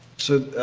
so.